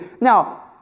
Now